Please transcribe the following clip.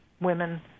women